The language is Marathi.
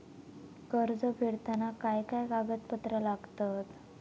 कर्ज फेडताना काय काय कागदपत्रा लागतात?